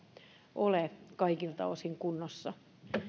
ole kaikilta osin kunnossa